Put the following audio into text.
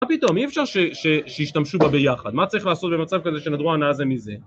מה פתאום, אי אפשר שישתמשו בה ביחד, מה צריך לעשות במצב כזה שנדרו הנאה זה מזה?